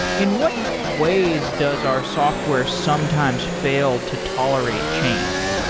in what ways does our software sometimes fail to tolerate change?